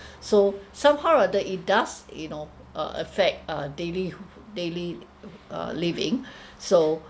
so somehow or other it does you know uh affect uh daily daily uh living so